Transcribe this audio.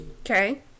Okay